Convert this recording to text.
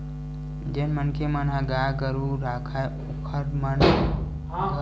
जेन मनखे मन ह गाय गरु राखय ओखर मन घर कोटना होबे करत रिहिस हे अउ पहिली तो सबे घर म गाय गरु गाँव कोती रहिबे करय